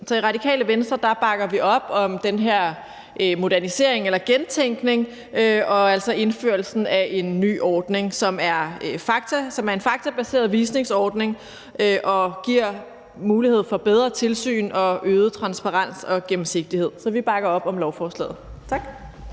Så i Radikale Venstre bakker vi op om den her modernisering eller gentænkning og altså indførelsen af en ny ordning, som er en faktabaseret visningsordning, og som giver mulighed for bedre tilsyn og øget transparens og gennemsigtighed. Så vi bakker op om lovforslaget. Tak.